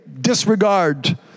disregard